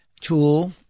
tool